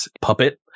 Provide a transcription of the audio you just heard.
puppet